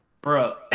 bro